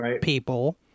people